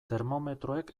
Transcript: termometroek